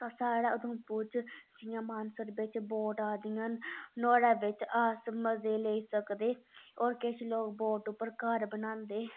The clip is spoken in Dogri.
ते साढ़ा उधमपुर च जियां मानसर बिच बोट आ दियां न नोह्ड़े बिच अस मजे लेई सकदे होर किश लोग बोट उप्पर घर बनांदे